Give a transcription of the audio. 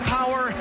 Power